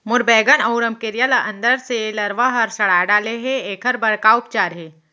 मोर बैगन अऊ रमकेरिया ल अंदर से लरवा ह सड़ा डाले हे, एखर बर का उपचार हे?